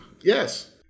Yes